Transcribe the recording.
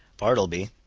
bartleby,